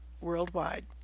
worldwide